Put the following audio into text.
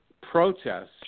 protests